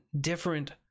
different